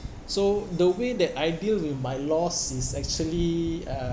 so the way that I deal with my loss is actually uh